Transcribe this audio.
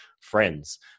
friends